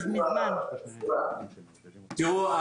תראו,